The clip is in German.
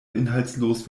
inhaltslos